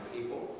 people